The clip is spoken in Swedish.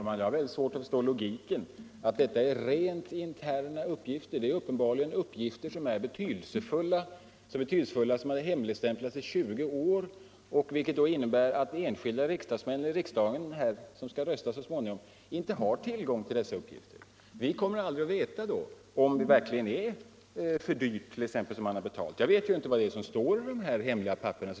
Herr talman! Jag har svårt att förstå logiken i att detta är rent interna uppgifter. Det är uppenbarligen uppgifter som är betydelsefulla, så betydelsefulla att de har hemligstämplats i 20 år, vilket innebär att de enskilda riksdagsmännen, som så småningom skall rösta i denna fråga, inte har tillgång till dessa uppgifter. Vi kommer aldrig att få veta om det verkligen är ett för dyrt köp som man har gjort. Jag vet ju inte Li | vad som står i dessa hemliga papper.